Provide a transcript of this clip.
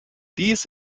dies